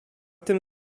tym